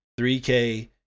3K